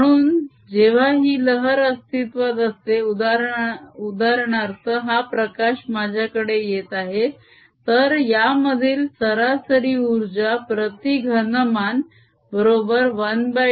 म्हणून जेव्हा ही लहर अस्तित्वात असते उदाहरणार्थ हा प्रकाश माझ्याकडे येत आहे तर यामधील सरासरी उर्जा प्रती घनमान बरोबर ½ ε0e02 आहे